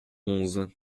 onze